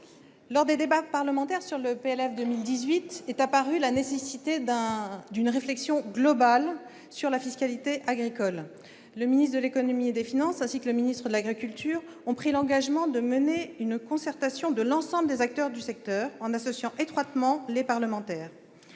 projet de loi de finances pour 2018 est apparue la nécessité d'une réflexion globale sur la fiscalité agricole. Le ministre de l'économie et des finances ainsi que le ministre de l'agriculture ont pris l'engagement de mener une concertation de l'ensemble des acteurs du secteur, en associant étroitement les parlementaires.